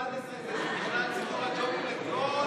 ההסתייגות (10) של קבוצת סיעת יהדות התורה,